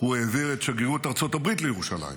הוא העביר את שגרירות ארצות הברית לירושלים,